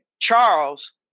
Charles